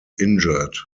injured